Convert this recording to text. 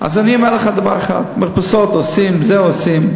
אז אני אומר לך דבר אחד: מרפסות עושים, זה עושים,